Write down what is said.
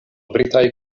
britaj